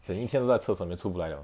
整一天都在厕所里面出不来 liao